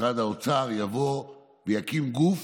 משרד האוצר יקים גוף